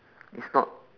it's not